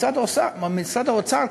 משרד האוצר,